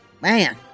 man